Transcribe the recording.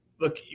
look